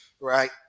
right